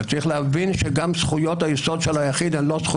נכון, וגם יש מקרים